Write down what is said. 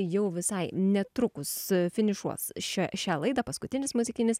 jau visai netrukus finišuos šią šią laidą paskutinis muzikinis